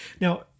now